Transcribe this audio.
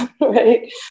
right